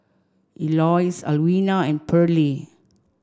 Eloise Alwina and Pearlie